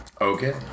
Okay